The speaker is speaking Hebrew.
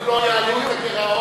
אם לא יעלו את הגירעון,